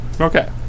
Okay